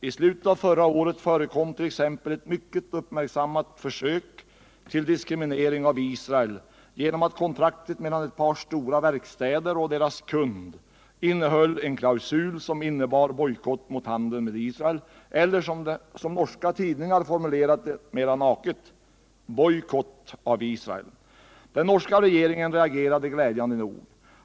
I slutet av förra året förekom t.ex. ett mycket uppmärksammat försök till diskriminering av Israel genom att kontraktet mellan ett par stora verkstäder och deras kund innehöll en klausul som innebar bojkott mot handeln med Israel, eller som norska tidningar formulerade det mera naket: ”Boikott av Israel.” Den norska regeringen reagerade glädjande nog.